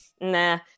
nah